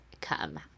come